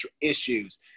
issues